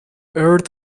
aired